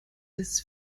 des